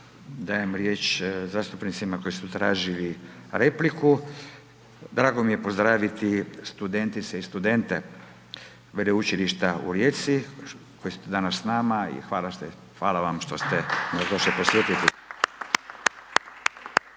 dajem riječ zastupnicima koji su tražili repliku, drago mi je pozdraviti studentice i studente Velučilišta u Rijeci koji su danas s nama i hvala vam što ste nas došli posjetiti.